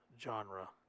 genre